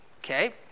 okay